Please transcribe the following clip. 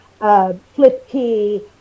FlipKey